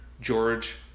George